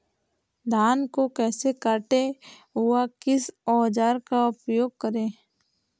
धान को कैसे काटे व किस औजार का उपयोग करें?